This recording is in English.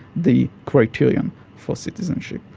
the criterion for citizenship,